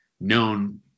known